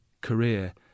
career